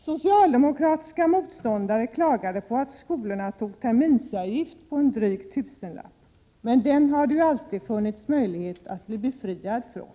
Socialdemokratiska motståndare klagade över att skolorna tog ut en terminsavgift om dryga tusenlappen. Men den har det ju alltid funnits möjlighet att bli befriad från.